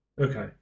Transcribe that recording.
okay